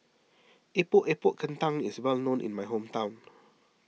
Epok Epok Kentang is well known in my hometown